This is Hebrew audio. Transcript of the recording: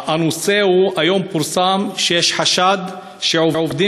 הנושא הוא: היום פורסם שיש חשד שעובדים